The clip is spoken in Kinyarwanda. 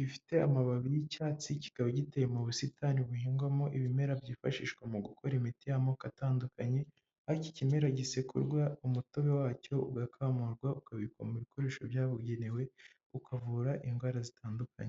gifite amababi y'icyatsi kikaba giteye mu busitani buhingwamo ibimera byifashishwa mu gukora imiti y'amoko atandukanye, aho iki kimera gisekurwa umutobe wacyo ugakamurwa ukabikwa mu ibikoresho byabugenewe, ukavura indwara zitandukanye.